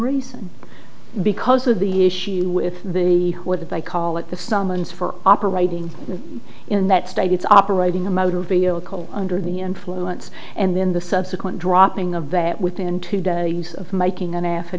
reason because of the issue with the what they call it the summons for operating in that state it's operating a motor vehicle under the influence and then the subsequent dropping of that within two days of making an a